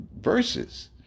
verses